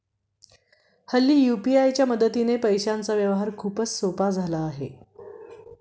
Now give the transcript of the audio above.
हल्ली यू.पी.आय च्या मदतीने पैशांचा व्यवहार खूपच सोपा झाला आहे